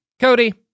Cody